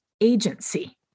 agency